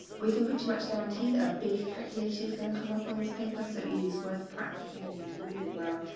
we can pretty much guarantee that a big calculation is going to come up on this paper, so it is worth practicing these really well.